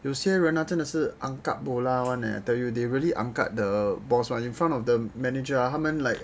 有些人 ah 真的是 angkat bola [one] eh I tell you they really angkat the boss one eh right in front of the manager ah 他们 like